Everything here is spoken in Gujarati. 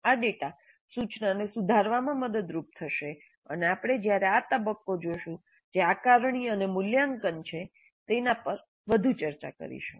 આ ડેટા સૂચનાને સુધારવામાં મદદરૂપ થશે અને આપણે જ્યારે આ તબક્કો જોશું જે આકારણી અને મૂલ્યાંકન છે તેના પર વધુ ચર્ચા કરીશું